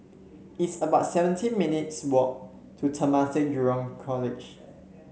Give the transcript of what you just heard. it's about seventeen minutes' walk to Temasek Junior College